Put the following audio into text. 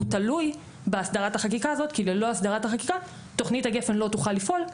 תלוי באסדרת החקיקה הזו; ללא האסדרה תכנית הגפ"ן לא תוכל לפעול.